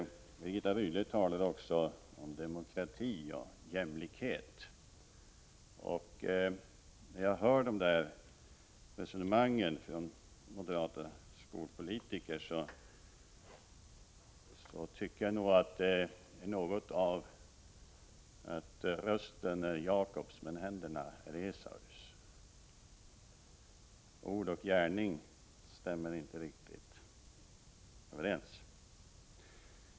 Birgitta Rydle talade också om demokrati och jämlikhet. När jag hör de här resonemangen från moderata skolpolitiker får jag ett intryck av att rösten är Jakobs men händerna är Esaus. Ord och gärning stämmer inte riktigt överens.